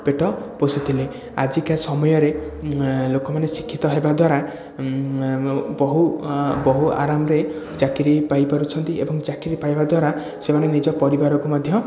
ପେଟ ପୋଷୁଥିଲେ ଆଜିକା ସମୟରେ ଲୋକମାନେ ଶିକ୍ଷିତ ହେବା ବହୁ ବହୁ ଆରାମରେ ଚାକିରି ପାଇ ପାରୁଛନ୍ତି ଏବଂ ଚାକିରି ପାଇବା ଦ୍ଵାରା ସେମାନେ ନିଜ ପରିବାରକୁ ମଧ୍ୟ